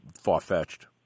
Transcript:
far-fetched